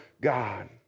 God